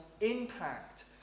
impact